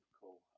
cool